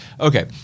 Okay